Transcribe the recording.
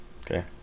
Okay